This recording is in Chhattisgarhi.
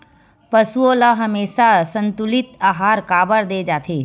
पशुओं ल हमेशा संतुलित आहार काबर दे जाथे?